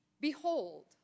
Behold